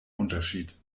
unterschied